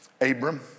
Abram